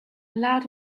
allowed